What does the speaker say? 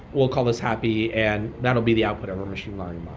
we'll call this happy and that'll be the output of our machine learning